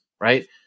right